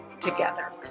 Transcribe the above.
together